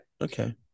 Okay